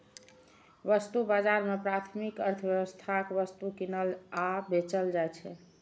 वस्तु बाजार मे प्राथमिक अर्थव्यवस्थाक वस्तु कीनल आ बेचल जाइ छै